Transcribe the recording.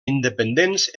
independents